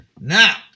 now